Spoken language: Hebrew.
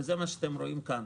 זה מה שאתם רואים כאן.